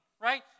right